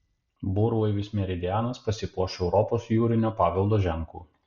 burlaivis meridianas pasipuoš europos jūrinio paveldo ženklu